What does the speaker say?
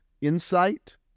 insight